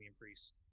Priest